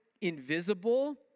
invisible